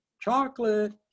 chocolate